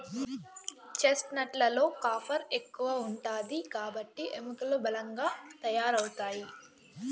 chestnut లలో copper ఎక్కువ ఉంటాది కాబట్టి ఎముకలు బలంగా తయారవుతాయి